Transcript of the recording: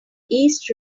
east